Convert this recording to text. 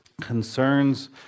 concerns